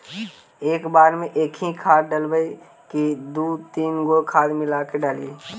एक बार मे एकही खाद डालबय की दू तीन गो खाद मिला के डालीय?